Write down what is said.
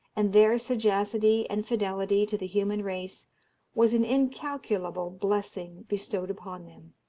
and their sagacity and fidelity to the human race was an incalculable blessing bestowed upon them.